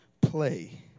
play